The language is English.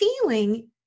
feeling